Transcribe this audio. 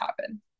happen